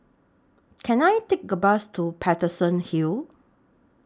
Can I Take A Bus to Paterson Hill